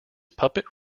puppet